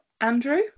Andrew